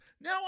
now